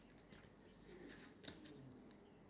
no I think is the end ending soon